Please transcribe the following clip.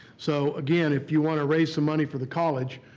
so again, if you want to raise some money for the college